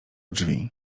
drzwi